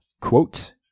Quote